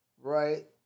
Right